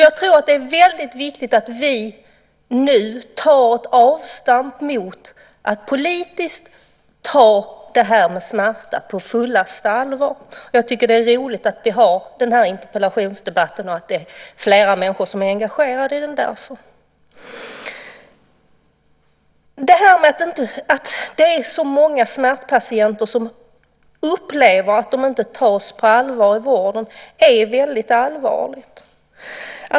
Jag tror att det är väldigt viktigt att vi nu tar ett avstamp mot att politiskt ta smärta på fullaste allvar. Jag tycker att det är roligt att vi har den här interpellationsdebatten och att det är fler människor som är engagerade i detta. Att det är så många smärtpatienter som upplever att de inte tas på allvar i vården är väldigt allvarligt.